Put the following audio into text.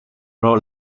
pro